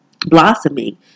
blossoming